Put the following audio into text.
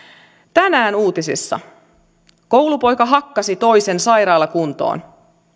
tänään uutisissa koulupoika hakkasi toisen sairaalakuntoon